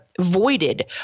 voided